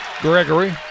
Gregory